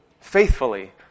faithfully